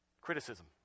Criticism